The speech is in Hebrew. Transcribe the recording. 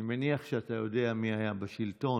אני מניח שאתה יודע מי היה בשלטון,